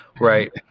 Right